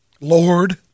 Lord